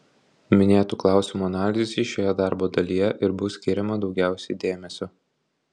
minėtų klausimų analizei šioje darbo dalyje ir bus skiriama daugiausiai dėmesio